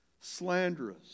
Slanderous